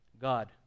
God